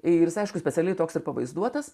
ir aišku specialiai toks ir pavaizduotas